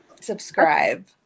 Subscribe